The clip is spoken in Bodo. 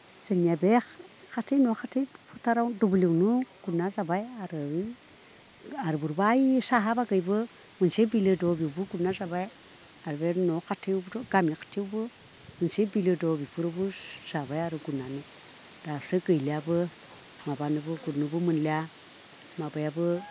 जोंनिया बे खाथि न' खाथि फोथाराव दुब्लियावनो गुरना जाबाय आरो आरो गुरब्ला ओइ साहा बागैबो मोनसे बिलो दं बेयावबो गुरना जाबाय आरो बे न' खाथियावबोथ' गामि खाथियावबो मोनसे बिलो दं बेफोरावबो जाबाय आरो गुरनानै दासो गैलियाबो माबानोबो गुरनोबो मोनलिया माबायाबो